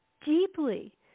deeply